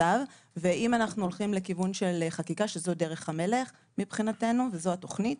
ואם אנחנו הולכים לכיוון של חקיקה שזו דרך המלך מבחינתנו וזו התכנית,